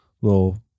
little